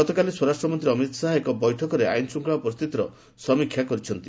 ଗତକାଲି ସ୍ୱରାଷ୍ଟ୍ରମନ୍ତ୍ରୀ ଅମିତ ଶାହା ଏକ ବୈଠକରେ ଆଇନ୍ଶୃଙ୍ଖଳା ପରିସ୍ଥିତିର ସମୀକ୍ଷା କରିଛନ୍ତି